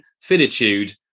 finitude